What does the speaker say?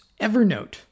Evernote